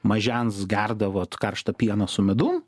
mažens gerdavot karštą pieną su medum